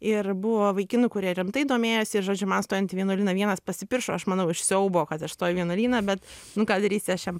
ir buvo vaikinų kurie rimtai domėjosi ir žodžiu man stojant į vienuolyną vienas pasipiršo aš manau iš siaubo kad aš stoju į vienuolyną bet nu ką darysi aš jam